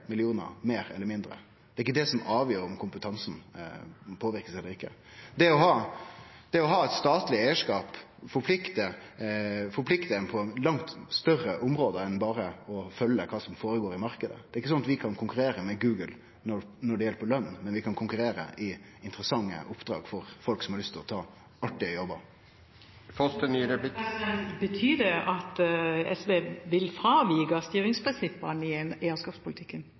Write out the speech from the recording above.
ikkje det som avgjer om kompetansen blir påverka eller ikkje. Det å ha eit statleg eigarskap forpliktar på langt større område enn berre å følgje kva som går føre seg i marknaden. Det er ikkje sånn at vi kan konkurrere med Google når det gjeld løn, men vi kan konkurrere når det gjeld interessante oppdrag for folk som har lyst til å ta artige jobbar. Betyr det at SV vil fravike styringsprinsippene i eierskapspolitikken? Vi har ein